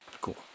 Cool